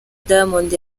diamond